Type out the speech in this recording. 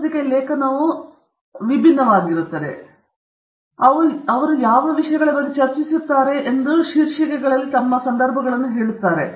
ಪತ್ರಿಕೆಗಳು ನಿಮಗೆ ಯಾವ ಪತ್ರಿಕೆಗಳನ್ನು ಒದಗಿಸುತ್ತವೆ ಎಂಬುದನ್ನು ವಿಸ್ತರಿಸುತ್ತವೆ ಅವರು ನಿಮಗೆ ಹೆಚ್ಚು ಕೊಡುತ್ತಾರೆ ನಿಮಗೆ ಗೊತ್ತಾ ಅವರು ಯಾವ ವಿಷಯಗಳ ಬಗ್ಗೆ ಚರ್ಚಿಸುತ್ತಿದ್ದಾರೆ ಎಂಬ ಬಗ್ಗೆ ಕೆಲವು ಸಂದರ್ಭಗಳನ್ನು ನೀಡುತ್ತಾರೆ